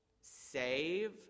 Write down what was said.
save